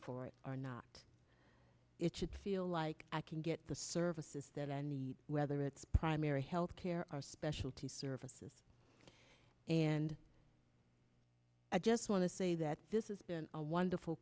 for it or not it should feel like i can get the services that i need whether it's primary health care or specialty services and i just want to say that this is a wonderful